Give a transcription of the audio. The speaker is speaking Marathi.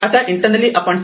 आता इंटरनली आपण सेल्फ